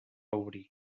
obrir